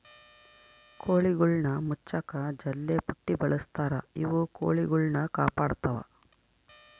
ಕೋಳಿಗುಳ್ನ ಮುಚ್ಚಕ ಜಲ್ಲೆಪುಟ್ಟಿ ಬಳಸ್ತಾರ ಇವು ಕೊಳಿಗುಳ್ನ ಕಾಪಾಡತ್ವ